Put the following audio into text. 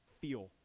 feel